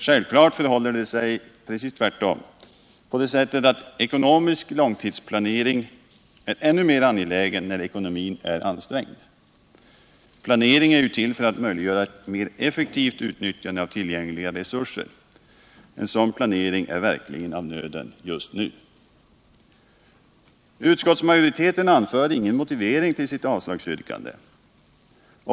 Självklart förhåller det sig precis tvärtom: ekonomisk långtidsplanering är ännu mera angelägen när ekonomin är ansträngd. Planering är ju till för att möjliggöra ett mera effektivt utnyttjande av tillgängliga resurser. En sådan planering är verkligen av nöden nu. Utskottsmajoriteten anför ingen motivering till sitt avslagsyrkande.